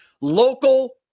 local